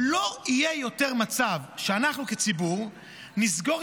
לא יהיה יותר מצב שאנחנו כציבור נסגור